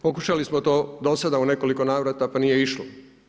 Pokušali smo to do sada u nekoliko navrata pa nije išlo.